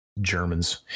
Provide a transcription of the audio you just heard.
Germans